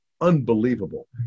unbelievable